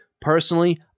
Personally